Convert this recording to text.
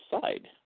side